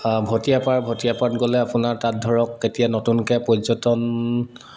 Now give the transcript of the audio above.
ভটীয়াপাৰ ভটীয়াপাৰত গ'লে আপোনাৰ তাত ধৰক কেতিয়া নতুনকৈ পৰ্যটন